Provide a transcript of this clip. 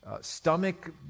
Stomach